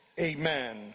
amen